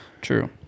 True